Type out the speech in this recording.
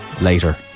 later